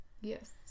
Yes